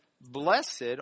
Blessed